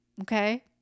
okay